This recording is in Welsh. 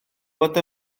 fod